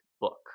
book